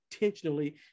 intentionally